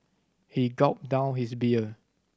he gulped down his beer